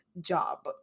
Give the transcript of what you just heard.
job